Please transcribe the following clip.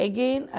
Again